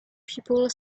people